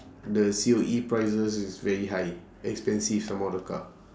the C_O_E prices is very high expensive some more the car